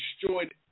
destroyed